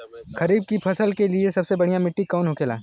खरीफ की फसल के लिए सबसे बढ़ियां मिट्टी कवन होखेला?